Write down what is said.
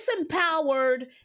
disempowered